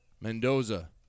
Mendoza